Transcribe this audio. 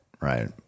right